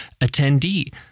attendee